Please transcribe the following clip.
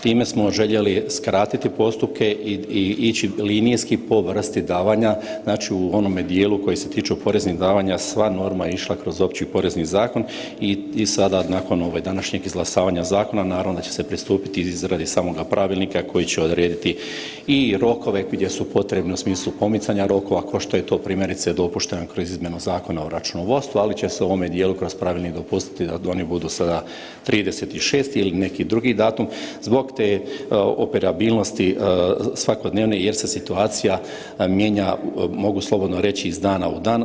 Time smo željeli skratiti postupke i ići linijski po vrsti davanja u onome dijelu koji se tiču poreznih davanja, sva norma je išla kroz Opći porezni zakon i sada nakon današnjeg izglasavanja zakona naravno da će se pristupiti i izradi samoga pravilnika koji će odrediti i rokove gdje su potrebni u smislu pomicanja rokova kao što je to primjerice dopušteno kroz izmjenu Zakona o računovodstvu, ali će se u ovom dijelu kroz pravilnik dopustiti da oni budu sada 30.6. ili neki drugi datum zbog te operabilnosti svakodnevne jer se situacija mijenja, mogu slobodno reći iz dana u dan.